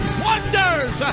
wonders